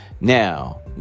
Now